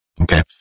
Okay